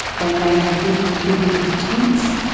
they may have difficulty with pretence,